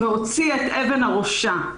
כתוב: "והוציא את אבן הראשה".